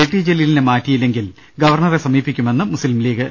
T ജലീലിനെ മാറ്റിയില്ലെങ്കിൽ ഗവർണറെ സമീപിക്കു മെന്ന് മുസ്ലിം ലീഗ്